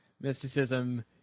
mysticism